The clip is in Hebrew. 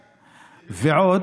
בחירות.